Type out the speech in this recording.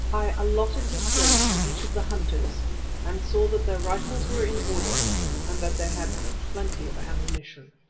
i allotted his place to each of the hunters and saw that their rifles were in order and that they had plenty of ammunition.